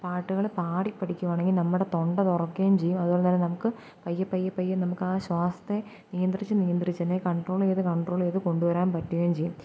പാട്ടുകൾ പാടി പഠിക്കുകയാണെങ്കിൽ നമ്മുടെ തൊണ്ട വിറക്കുകയും ചെയ്യും അതെപോലെതന്നെ നമുക്ക് പയ്യെ പയ്യെ പയ്യെ നമുക്കാശ്വാസത്തെ നിയന്ത്രിച്ച് നിയന്ത്രിച്ച് അതിനെ കണ്ട്രോൾ ചെയ്ത് കണ്ട്രോൾ ചെയ്തു കൊണ്ടു വരാൻ പറ്റുകയും ചെയ്യും